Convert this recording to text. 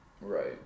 Right